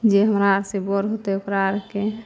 जे हमरा आओर से बड़ होतै ओकरा आओरके